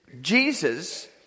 Jesus